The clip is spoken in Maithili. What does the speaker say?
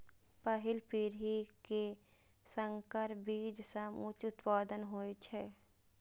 पहिल पीढ़ी के संकर बीज सं उच्च उत्पादन होइ छै